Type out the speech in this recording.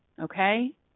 okay